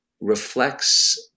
reflects